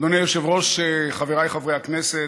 אדוני היושב-ראש, חבריי חברי הכנסת,